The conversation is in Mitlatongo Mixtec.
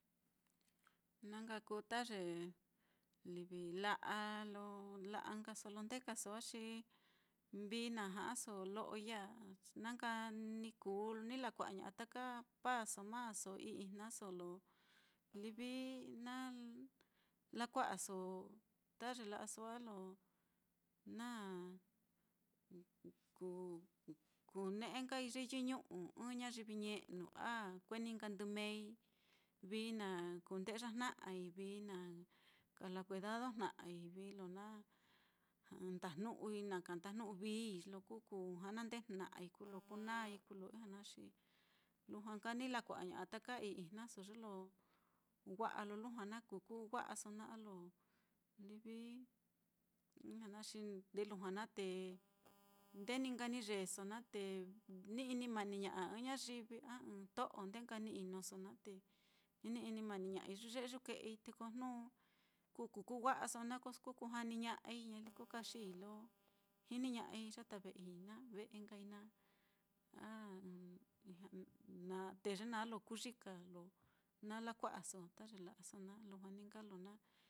Na nka kuu ta ye livi la'a, ye la'a nkaso lo ndekaso á, xi vií na ja'aso lo'oi ya á, na nka ni kuu lo ni lakua'a ña'a taka paaso, maaso, ii-ijnaso lo livi lo na lakua'aso, ta ye la'aso á lo na ku-kune'e nkai ye yɨñu'u ɨ́ɨ́n ñayivi ñe'nu, a kue ní nka ndɨ meei, vií na kunde'ya jna'ai vií na kala kuedadojna'ai, vií lo na ndajnu'ui, na ka ndajnu'u viíi, lo kú kujanandeejna'ai, kú lo kuu nái, kuu lo ijña na xi lujua nka ni lakua'aña'a taka ii-ijnaso ye lo wa'a lo lujua lo na kukuu wa'aso naá a lo livi ijña na xi ndee lujua naá te ndee ní nka ni yeeso naá te ni ini maniña'a ɨ́ɨ́n ñayivi, a ɨ́ɨ́n to'o ndee nka ni inoso naá, te ni ini mani ña'ai yuye'e yuke'ei, te ko jnu kuu kú kuu wa'aso naá, koso ko kujaniña'ai, ñaliko kaxiii lo jiniña'ai yata ve'ei naá, ve'e nkai naá, a te ye naá lo kuyika lo na lakua'aso ta ye la'aso naá lujua ni nka lo.